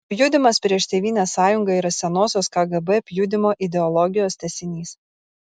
pjudymas prieš tėvynės sąjungą yra senosios kgb pjudymo ideologijos tęsinys